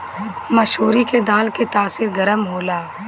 मसूरी के दाल के तासीर गरम होला